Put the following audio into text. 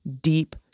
deep